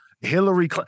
Hillary